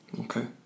Okay